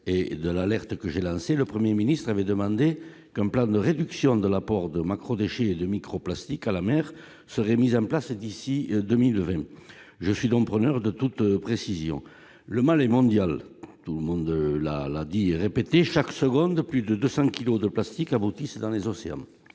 et de l'alerte que j'ai lancé le 1er ministre avait demandé, comme plein de réduction de l'apport de macro-déchets microplastiques à la mer serait mise en place d'ici 2020, je suis donc preneur de toute précision, le mal est mondiale, tout le monde l'a, l'a dit et répété chaque seconde de plus de 200 kilos de plastique aboutissent dans les océans,